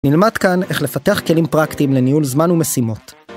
נלמד כאן איך לפתח כלים פרקטיים לניהול זמן ומשימות.